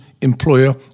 employer